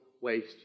waste